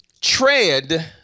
tread